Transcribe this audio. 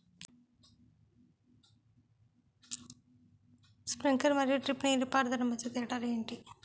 Sprinkler మరియు drip నీటిపారుదల మధ్య తేడాలు ఏంటి?